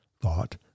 thought